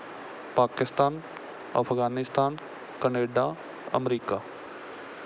Pakistan Afghanistan Canada America